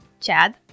Chad